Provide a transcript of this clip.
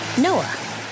noah